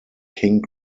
king